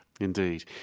Indeed